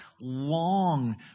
long